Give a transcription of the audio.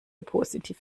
positiv